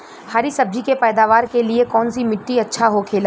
हरी सब्जी के पैदावार के लिए कौन सी मिट्टी अच्छा होखेला?